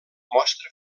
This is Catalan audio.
mostra